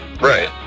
Right